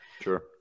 Sure